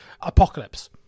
apocalypse